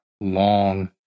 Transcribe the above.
long